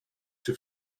czy